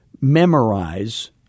memorize